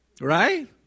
right